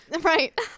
Right